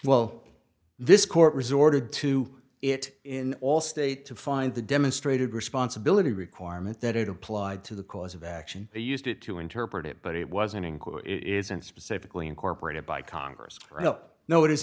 well this court resorted to it in all state to find the demonstrated responsibility requirement that it applied to the cause of action they used it to interpret it but it wasn't in court it isn't specifically incorporated by congress ri